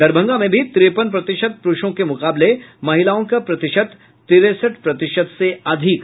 दरभंगा में भी तिरेपन प्रतिशत पुरूषों के मुकाबले महिलाओं का प्रतिशत तिरेसठ प्रतिशत से अधिक रहा